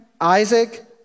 Isaac